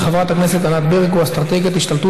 של חברת הכנסת ענת ברקו: אסטרטגיית השתלטות